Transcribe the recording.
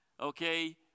okay